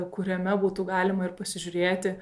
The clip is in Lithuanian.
kuriame būtų galima ir pasižiūrėti